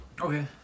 Okay